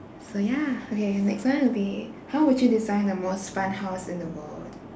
so ya okay next one would be how would you design the most fun house in the world